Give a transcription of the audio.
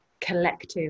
collective